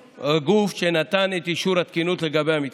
הגוף שנתן את אישור התקינות לגבי המתקן.